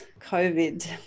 COVID